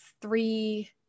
three